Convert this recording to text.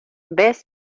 ves